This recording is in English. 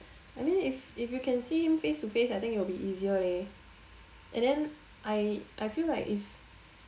I mean if if you can see him face to face I think it'll be easier leh and then I I feel like if